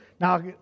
Now